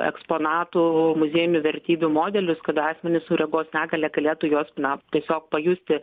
eksponatų muziejinių vertybių modelius kada asmenys su regos negalia galėtų juos na tiesiog pajusti